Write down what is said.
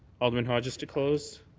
alderman hodges to close.